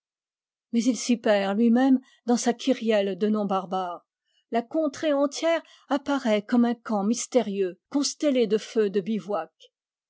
mais il s'y perd lui-même dans sa kyrielle de noms barbares la contrée entière apparaît comme un camp mystérieux constellé de feux de bivouac